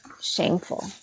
shameful